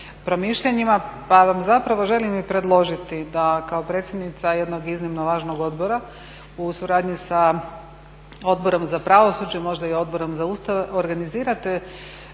promišljanjima. Pa vam zapravo želim i predložiti da kao predsjednica jednog iznimno važnog odbora u suradnji sa Odborom za pravosuđe, možda i Odborom za Ustav, organizirate